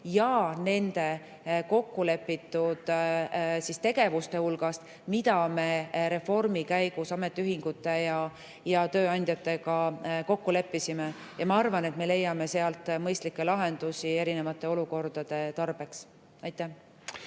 ja kokkulepitud tegevuste hulgast, mida me reformi käigus ametiühingute ja tööandjatega kokku leppisime. Ma arvan, et me leiame sealt mõistlikke lahendusi erinevate olukordade tarbeks. Aitäh!